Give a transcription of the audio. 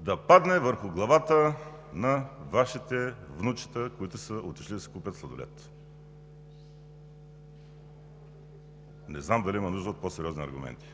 да падне върху главата на вашите внучета, които са отишли да си купят сладолед. Не знам дали има нужда от по-сериозни аргументи?!